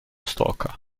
stalker